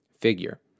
figure